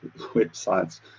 websites